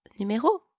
numéro